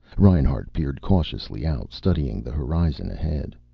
reinhart peered cautiously out, studying the horizon ahead.